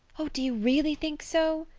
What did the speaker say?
oh, do you really think so?